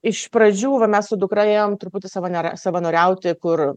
iš pradžių va mes su dukra ėjom truputį savanėr savanoriauti kur